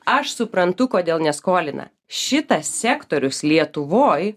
aš suprantu kodėl neskolina šitas sektorius lietuvoj